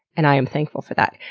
and i am thankful for that.